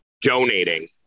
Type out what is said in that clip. donating